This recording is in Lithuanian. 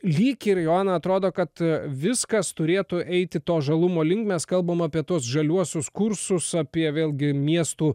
lyg ir joaną atrodo kad viskas turėtų eiti to žalumo link mes kalbam apie tuos žaliuosius kursus apie vėlgi miestų